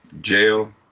jail